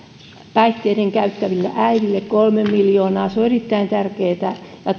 päihteitä käyttäville äideille tämä kolme miljoonaa se on erittäin tärkeätä ja